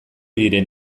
diren